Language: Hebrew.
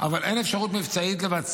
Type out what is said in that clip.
אבל אין אפשרות מבצעית לבצע,